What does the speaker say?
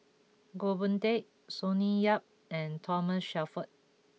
Goh Boon Teck Sonny Yap and Thomas Shelford